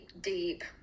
deep